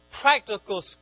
practical